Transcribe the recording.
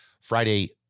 Friday